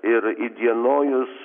ir įdienojus